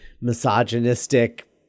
misogynistic